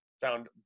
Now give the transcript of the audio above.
found